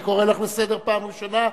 אני קורא אותך לסדר פעם ראשונה,